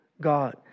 God